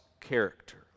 character